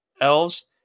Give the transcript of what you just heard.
elves